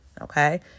Okay